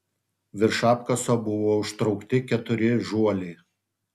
virš apkaso buvo užtraukti keturi žuoliai